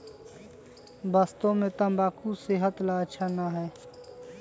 वास्तव में तंबाकू सेहत ला अच्छा ना है